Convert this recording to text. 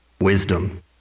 wisdom